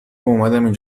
اومدم